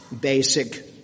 basic